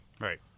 Right